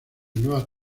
nuevas